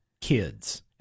kids